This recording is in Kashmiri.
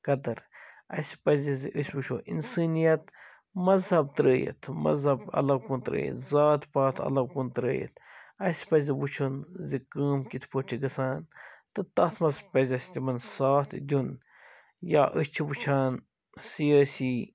خٲطر اَسہِ پَزِ زِ أسۍ وُچھو اِنسٲنیت مَذہب ترٛٲوِتھ مَذہب الگ کُن ترٛٲوِتھ ذات پات الگ کُن ترٛٲوِتھ اَسہِ پَزِ وُچھُن زِ کٲم کِتھٕ پٲٹھۍ چھِ گَژھان تہٕ تتھ مَنٛز پَزِ اَسہِ تِمَن ساتھ دیُن یا أسۍ چھِ وُچھان سِیٲسی